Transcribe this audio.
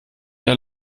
der